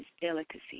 delicacy